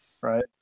right